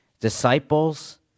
Disciples